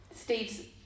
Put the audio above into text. Steve